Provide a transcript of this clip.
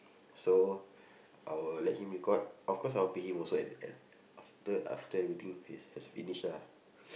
so I will let him record of course I will pay him also at the end after after everything is has finished ah